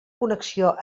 connexió